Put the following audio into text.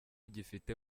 gifite